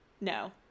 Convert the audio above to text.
No